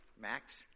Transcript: Max